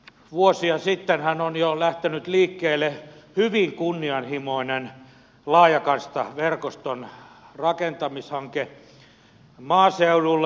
vuosia sittenhän on jo lähtenyt liikkeelle hyvin kunnianhimoinen laajakaistaverkoston rakentamishanke maaseudulle